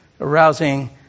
arousing